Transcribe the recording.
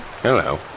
Hello